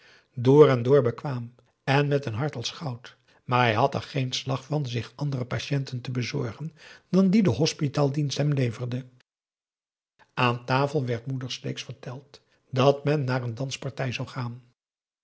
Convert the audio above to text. en door bekwaam en met een hart als goud maar hij had er geen slag van zich andere patienten te bezorgen dan die de hospitaaldienst hem leverde aan tafel werd moeder sleeks verteld dat men naar een danspartij zou gaan